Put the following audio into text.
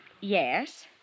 yes